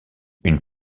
une